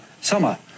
summer